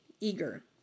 eager